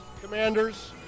Commander's